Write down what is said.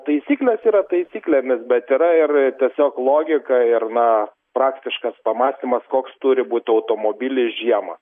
taisyklės yra taisyklėmis bet yra ir tiesiog logika ir na praktiškas pamąstymas koks turi būt automobilis žiemą